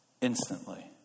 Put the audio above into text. instantly